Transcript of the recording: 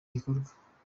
gikorwa